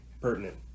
pertinent